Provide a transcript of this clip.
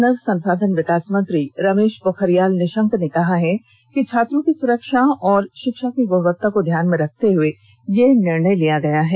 मानव संसाधन विकास मंत्री रमेश पोखरियाल निशंक ने कहा है कि छात्रों की सुरक्षा और शिक्षा की ग्णवत्ता को ध्यान में रखते हुए यह निर्णय लिया गया है